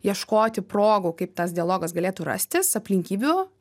ieškoti progų kaip tas dialogas galėtų rastis aplinkybių